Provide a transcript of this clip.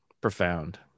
Profound